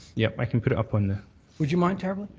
yeah, i can put it up on would you mind terribly?